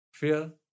Fear